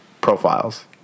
profiles